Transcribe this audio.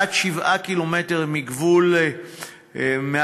עד 7 קילומטרים מהגבול,